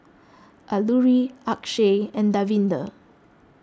Alluri Akshay and Davinder